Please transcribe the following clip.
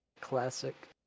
classic